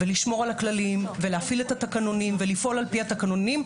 לשמור על הכללים ולהפעיל את התקנונים ולפעול על פי התקנונים.